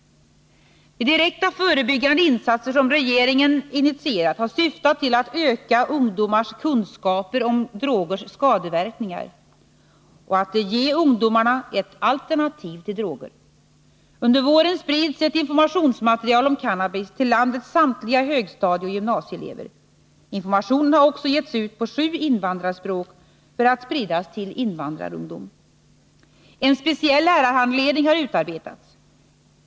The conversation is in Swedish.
De direkta förebyggande insatser som regeringen initierat har syftat till att öka ungdomarnas kunskaper om drogers skadeverkningar och att ge ungdomarna ett alternativ till droger. Under våren sprids ett informationsmaterial om cannabis till landets samtliga högstadieoch gymnasieelever. Informationen har också getts ut på sju invandrarspråk för att spridas till invandrarungdom. En speciell lärarhandledning har utarbetats.